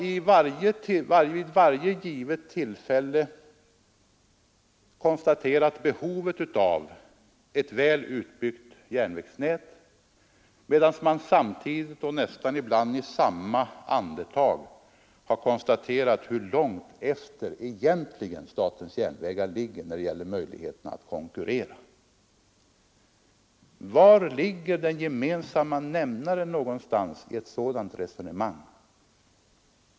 Man har vid varje givet tillfälle konstaterat behovet av ett väl utbyggt järnvägsnät men har dessutom — ibland nästan i samma andetag — understrukit hur långt efter statens järnvägar egentligen ligger när det gäller möjligheterna att konkurrera, Var någonstans ligger den gemensamma nämnaren i ett sådant resonemang?